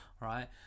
right